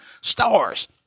stars